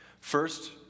First